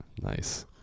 Nice